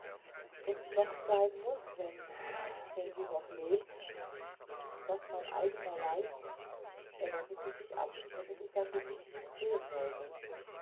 und noch sein muß wenn wenn sie noch lebt und daß mein eigener leib er wendete sich ab damit ich sein gesicht nicht sehen sollte